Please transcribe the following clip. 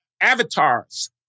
avatars